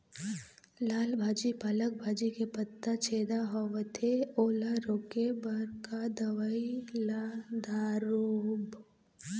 लाल भाजी पालक भाजी के पत्ता छेदा होवथे ओला रोके बर का दवई ला दारोब?